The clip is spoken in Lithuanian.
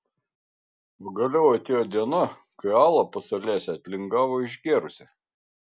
pagaliau atėjo diena kai ala pas olesią atlingavo išgėrusi